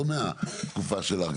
לא מהתקופה שלך,